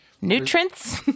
nutrients